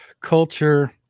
culture